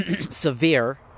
Severe